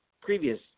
previous